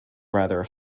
rather